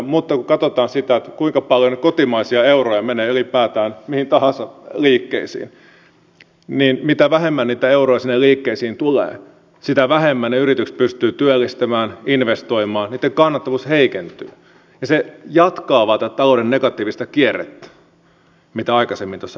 mutta kun katsotaan sitä kuinka paljon kotimaisia euroja menee ylipäätään mihin tahansa liikkeisiin niin mitä vähemmän niitä euroja sinne liikkeisiin tulee sitä vähemmän ne yritykset pystyvät työllistämään investoimaan niitten kannattavuus heikentyy ja se jatkaa vain tätä talouden negatiivista kierrettä minkä aikaisemmin tässä mainitsin